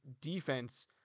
defense